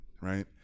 right